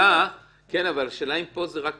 השאלה אם זה פתח רק